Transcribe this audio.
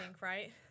right